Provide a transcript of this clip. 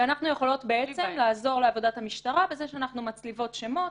ואנחנו יכולות בעצם לעזור לעבודת המשטרה בזה שאנחנו מצליבות שמות.